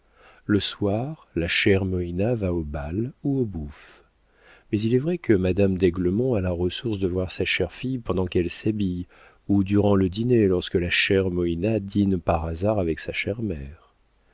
le soir la chère moïna va au bal ou aux bouffes mais il est vrai que madame d'aiglemont a la ressource de voir sa chère fille pendant qu'elle s'habille ou durant le dîner lorsque la chère moïna dîne par hasard avec sa chère mère